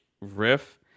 riff